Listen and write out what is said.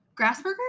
Grassburger